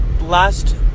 last